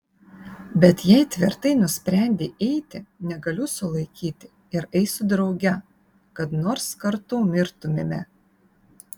bet jei tvirtai nusprendei eiti negaliu sulaikyti ir eisiu drauge kad nors kartu mirtumėme